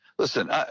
Listen